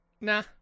Nah